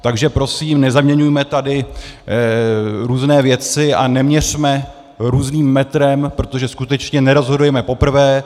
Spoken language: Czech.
Takže prosím nezaměňujme tady různé věci a neměřme různým metrem, protože skutečně nerozhodujeme poprvé.